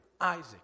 Isaac